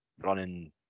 running